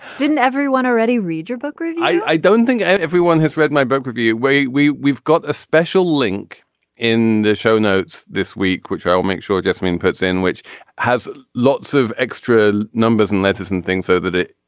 didn't everyone already read your book i don't think everyone has read my book review way. we've we've got a special link in the show notes this week which i will make sure it gets me and puts in which has lots of extra numbers and letters and things so that it.